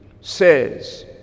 says